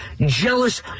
jealous